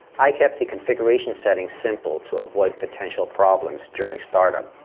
i kept the configuration settings simple to avoid potential problems during startup.